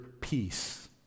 peace